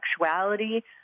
sexuality